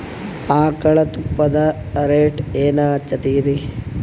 ಆಕಳ ತುಪ್ಪದ ರೇಟ್ ಏನ ಹಚ್ಚತೀರಿ?